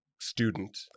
student